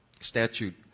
statute